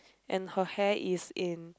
and her hair is in